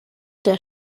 der